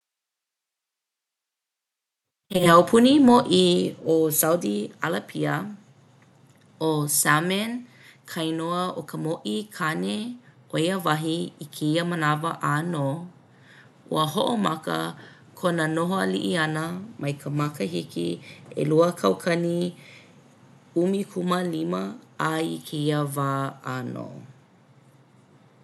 He aupuni mōʻī ʻo Saudi ʻAlapia. ʻO Salman ka inoa o ka mōʻī kāne o ia wahi i kēia manawa ʻānō. Ua hoʻomaka kona noho aliʻi ʻana mai ka makahiki ʻelua kaukani ʻumikūmālima a i kēia wā ʻānō.